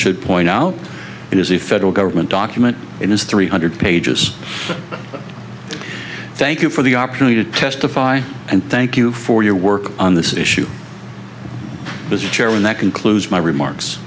should point out it is the federal government document it is three hundred pages thank you for the opportunity to testify and thank you for your work on this issue as a chair and that concludes my remarks